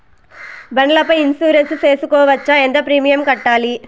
బండ్ల పై ఇన్సూరెన్సు సేసుకోవచ్చా? ఎంత ప్రీమియం కట్టాలి?